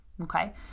okay